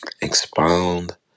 expound